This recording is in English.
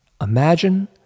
Imagine